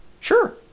Sure